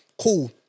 cool